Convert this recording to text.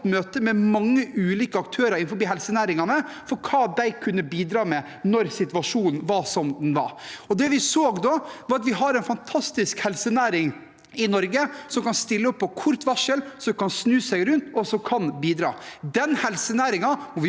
møte med mange ulike aktører innenfor helsenæringene om hva de kunne bidra med når situasjonen var som den var. Det vi da så, var at vi har en fantastisk helsenæring i Norge som kan stille opp på kort varsel, og som kan snu seg rundt og bidra. Den helsenæringen må vi